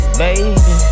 baby